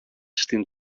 στην